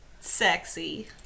Sexy